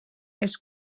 els